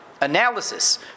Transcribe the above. analysis